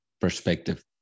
perspective